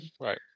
Right